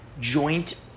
joint